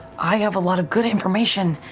i have a lot of good information,